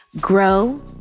grow